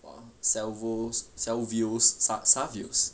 !wah! salvo salvio salvios